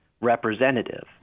representative